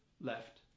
left